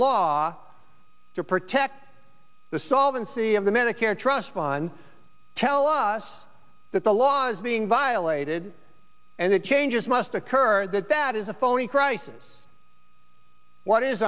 law to protect the solvency of the medicare trust fund tell us that the laws being violated and the changes must occur that that is a phony crisis what is